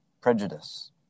prejudice